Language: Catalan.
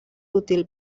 útil